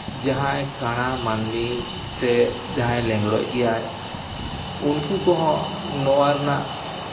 ᱡᱟᱦᱟᱸᱭ ᱠᱟᱬᱟ ᱢᱟᱹᱱᱢᱤ ᱥᱮ ᱡᱟᱦᱟᱸᱭ ᱞᱮᱸᱜᱽᱲᱳ ᱜᱮᱭᱟᱭ ᱩᱱᱠᱩ ᱠᱚᱦᱚᱸ ᱱᱚᱣᱟ ᱨᱮᱱᱟᱜ